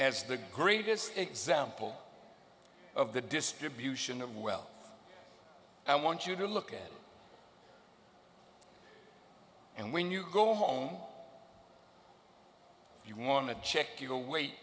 as the greatest example of the distribution of wealth i want you to look at and when you go home you want to check your weight